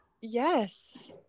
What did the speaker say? yes